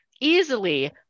easily